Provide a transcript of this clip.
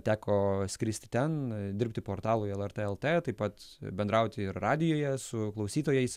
teko skristi ten dirbti portalui lrt lt taip pat bendrauti ir radijuje su klausytojais